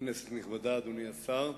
כנסת נכבדה, אדוני השר,